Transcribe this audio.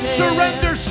surrender